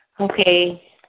Okay